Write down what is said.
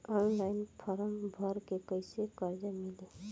Online form भर के कैसे कर्जा मिली?